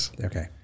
Okay